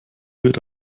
wird